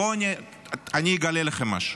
בואו אני אגלה לכם משהו: